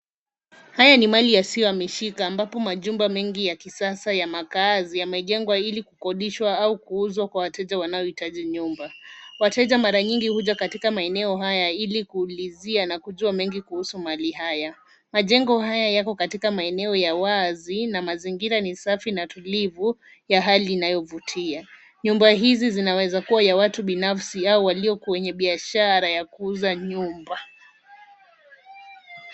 Haya ni mali yasiyohamishika ambapo majumba mengi ya kisasa ya makazi yamejengwa ili kukodishwa au kuuzwa kwa wateja wanaohitaji nyumba. Wateja mara nyingi huja katika maeneo haya ili kuulizia na kujua mengi kuhusu mali haya. Majengo haya yako katika maeneo ya wazi na mazingira ni safi na tulivu ya hali inayovutia. Nyumba hizi zinaweza kuwa ya watu binafsi au walio kwenye biashara ya kuuza nyumba.